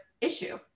issue